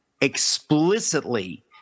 explicitly